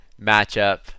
matchup